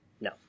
no